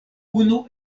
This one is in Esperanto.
unu